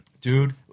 Dude